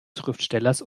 schriftstellers